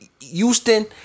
Houston